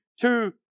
two